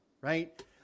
right